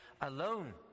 alone